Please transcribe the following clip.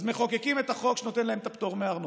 אז מחוקקים את החוק שנותן להם את הפטור מארנונה,